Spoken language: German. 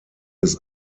des